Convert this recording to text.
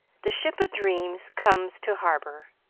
the ship o'dreams comes to harbor